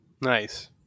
nice